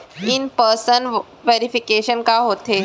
In person verification का होथे?